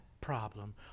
problem